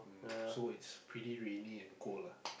so it's pretty rainy and cold ah